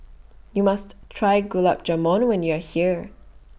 YOU must Try Gulab Jamun when YOU Are here